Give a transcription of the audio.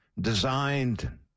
designed